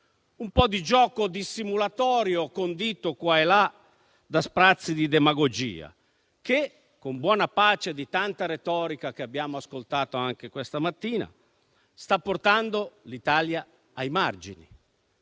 un po' di gioco dissimulatorio, condito qua e là da sprazzi di demagogia. Ciò, con buona pace di tanta retorica che abbiamo ascoltato anche questa mattina, sta portando l'Italia ai margini.